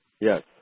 Yes